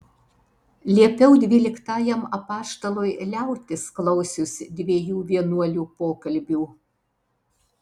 liepiau dvyliktajam apaštalui liautis klausius dviejų vienuolių pokalbių